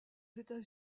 états